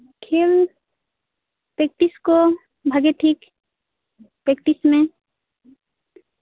ᱠᱷᱮᱹᱞ ᱯᱮᱠᱴᱤᱥ ᱠᱚ ᱵᱷᱟᱜᱮᱴᱷᱤᱠ ᱯᱮᱠᱴᱤᱥ ᱢᱮ